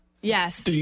Yes